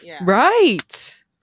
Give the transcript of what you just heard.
right